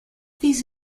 these